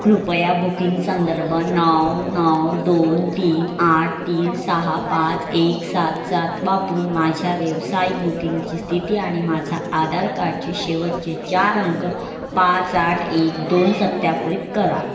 कृपया बुकिंग संदर्भ नऊ नऊ दोन तीन आठ तीन सहा पाच एक सात सात वापरून माझ्या व्यावसायिक बुकिंगची स्थिती आणि माझा आधार कार्डचे शेवटचे चार अंक पाच आठ एक दोन सत्यापित करा